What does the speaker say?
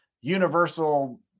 Universal